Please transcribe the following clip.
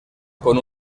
con